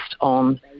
on